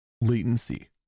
latency